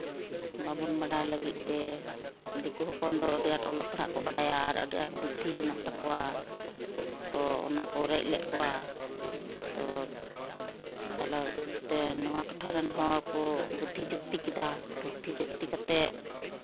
ᱵᱟᱵᱚᱱ ᱵᱟᱰᱟᱭ ᱞᱟᱹᱜᱤᱫ ᱛᱮ ᱫᱤᱠᱩ ᱦᱚᱯᱚᱱ ᱫᱚ ᱟᱹᱰᱤ ᱟᱸᱴ ᱠᱚ ᱵᱟᱲᱟᱭᱟ ᱟᱨ ᱟᱹᱰᱤ ᱟᱸᱴ ᱵᱩᱫᱽᱫᱷᱤ ᱦᱮᱱᱟᱜ ᱛᱟᱠᱚᱣᱟ ᱛᱳ ᱚᱱᱟ ᱠᱚ ᱨᱮᱡ ᱞᱮᱫ ᱠᱚᱣᱟ ᱛᱳ ᱛᱟᱞᱟᱛᱮ ᱱᱚᱣᱟ ᱴᱚᱴᱷᱟᱨᱮᱱ ᱦᱚᱲ ᱠᱚ ᱵᱩᱫᱽᱫᱷᱤ ᱡᱩᱠᱛᱤ ᱠᱮᱫᱟ ᱵᱩᱫᱽᱫᱷᱤ ᱡᱩᱠᱛᱤ ᱠᱟᱛᱮᱫ